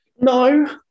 No